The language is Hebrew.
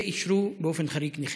ואישרו באופן חריג נחיתה.